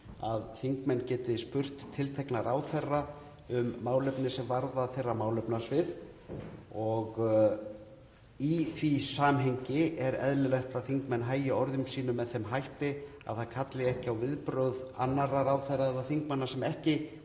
að þingmenn geti spurt tiltekna ráðherra um málefni sem varða þeirra málefnasvið. Í því samhengi er eðlilegt að þingmenn hagi orðum sínum með þeim hætti að það kalli ekki á viðbrögð annarra ráðherra eða þingmanna sem ekki